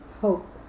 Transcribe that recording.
hope